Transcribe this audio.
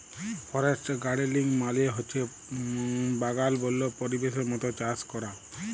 forest গাড়েলিং মালে হছে বাগাল বল্য পরিবেশের মত চাষ ক্যরা